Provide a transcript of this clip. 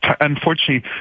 unfortunately